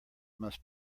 must